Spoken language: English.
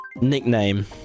Nickname